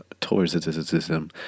tourism